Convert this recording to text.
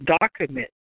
document